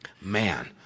Man